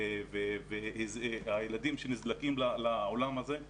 והילדים שנזרקים לעולם הזה,